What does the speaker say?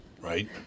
right